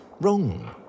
wrong